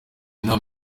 inama